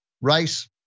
rice